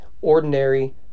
ordinary